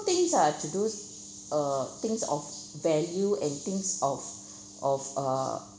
things ah to do~ uh things of value and things of of uh